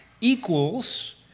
equals